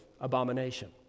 abomination